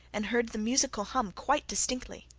and heard the musical hum quite distinctly.